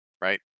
right